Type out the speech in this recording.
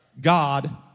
God